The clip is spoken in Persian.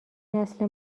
نسل